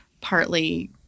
partly